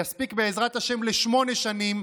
יספיק בעזרת ה' לשמונה שנים.